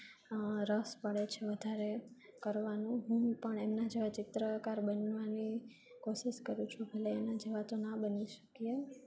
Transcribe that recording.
રસ પડે છે વધારે કરવાનું હું પણ એમજ હોય ચિત્રકાર બનવાની કોશિશ કરું છું ભલે એના જેવા તો ના બની શકીએ